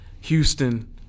Houston –